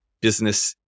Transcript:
business